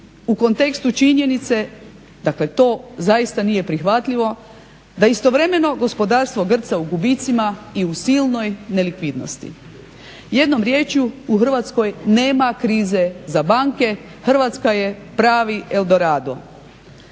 u kontekstu činjenice, dakle to zaista nije prihvatljivo da istovremeno gospodarstvo grca u gubicima i u silnoj nelikvidnosti. Jednom riječju u Hrvatskoj nema krize za banke, Hrvatska je pravi eldorado.